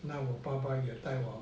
那我爸爸也带我